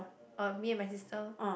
oh me and my sister